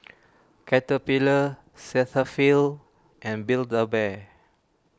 Caterpillar Cetaphil and Build A Bear